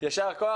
יישר כוח.